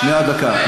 שנייה, דקה.